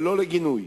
ולא לגינוי.